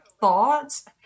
thoughts